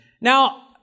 Now